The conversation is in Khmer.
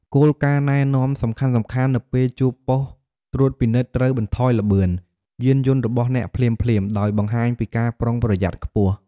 គោលការណ៍ណែនាំសំខាន់ៗនៅពេលជួបប៉ុស្តិ៍ត្រួតពិនិត្យត្រូវបន្ថយល្បឿន យានយន្តរបស់អ្នកភ្លាមៗ ដោយបង្ហាញពីការប្រុងប្រយ័ត្នខ្ពស់។